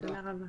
מקס,